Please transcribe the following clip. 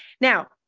Now